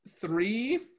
three